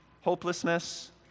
Hopelessness